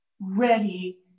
ready